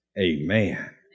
Amen